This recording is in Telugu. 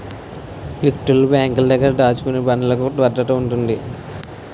వ్యక్తులు బ్యాంకుల దగ్గర దాచుకునే బాండ్లుకు భద్రత ఉంటుంది